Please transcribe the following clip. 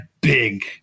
big